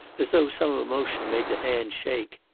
as though some emotion made the hand shake.